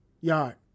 yard